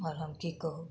आओर हम हम की कहू